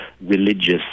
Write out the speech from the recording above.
religious